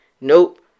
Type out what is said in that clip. Nope